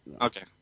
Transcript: Okay